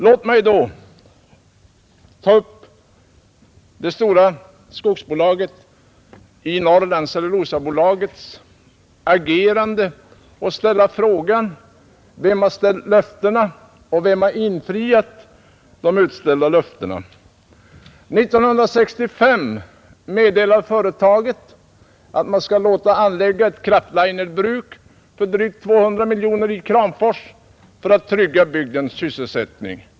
Låt mig då ta upp Svenska Cellulosa AB:s agerande och ställa frågan: Vem har ställt löftena, och vem har infriat de utställda löftena? 1965 meddelade företaget att det skulle låta anlägga ett kraftlinerbruk för drygt 200 miljoner kronor i Kramfors för att trygga bygdens sysselsätt ning.